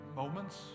moments